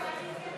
ההצעה